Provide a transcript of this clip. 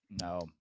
No